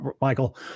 Michael